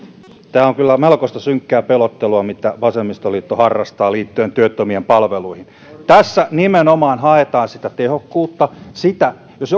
tämä on kyllä melkoista synkkää pelottelua mitä vasemmistoliitto harrastaa liittyen työttömien palveluihin tässä nimenomaan haetaan sitä tehokkuutta jos